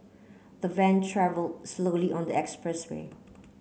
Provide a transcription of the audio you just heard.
the van travelled slowly on the expressway